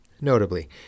notably